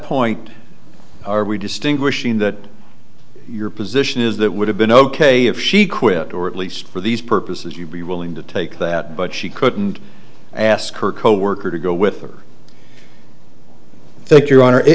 point are we distinguishing that your position is that would have been ok if she quit or at least for these purposes you'd be willing to take that but she couldn't ask her coworker to go with her i think your honor it